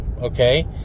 okay